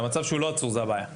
במצב שהוא לא עצור זאת הבעיה.